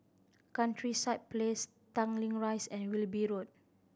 Countryside Place Tanglin Rise and Wilby Road